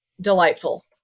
delightful